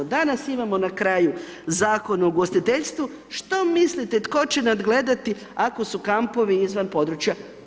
Danas imamo na kraju Zakon o ugostiteljstvu, što mislite, tko će nadgledati ako su kampovi izvan područja?